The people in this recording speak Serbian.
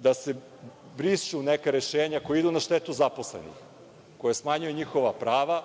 da se brišu neka rešenja koja idu na štetu zaposlenih, koja smanjuju njihova prava,